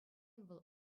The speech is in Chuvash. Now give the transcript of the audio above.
вӑл